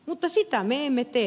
mutta sitä me emme tee